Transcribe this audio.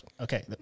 Okay